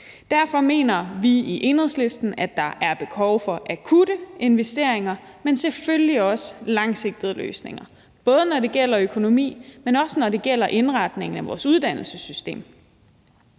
Derfor mener vi i Enhedslisten, at der er behov for akutte investeringer, men selvfølgelig også for langsigtede løsninger – både når det gælder økonomi, men også, når det gælder indretningen af vores uddannelsessystem.